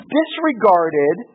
disregarded